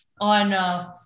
on